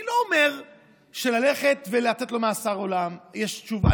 אני לא אומר ללכת ולתת לו מאסר עולם, יש תשובה.